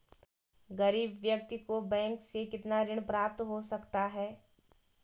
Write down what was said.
गरीब व्यक्ति को बैंक से कितना ऋण प्राप्त हो सकता है?